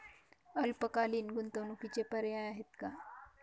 अल्पकालीन गुंतवणूकीचे पर्याय आहेत का?